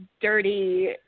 dirty